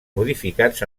modificats